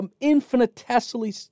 infinitesimally